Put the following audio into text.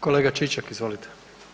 Kolega Čičak, izvolite.